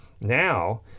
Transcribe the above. now